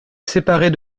séparer